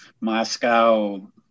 moscow